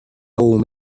old